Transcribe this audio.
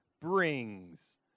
brings